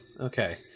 Okay